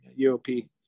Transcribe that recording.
UOP